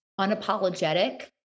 unapologetic